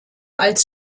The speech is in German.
als